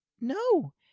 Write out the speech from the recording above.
No